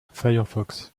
firefox